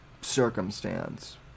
circumstance